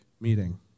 meeting